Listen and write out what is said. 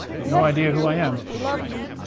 have no idea who i am. we love you.